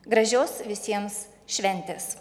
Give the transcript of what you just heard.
gražios visiems šventės